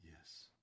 Yes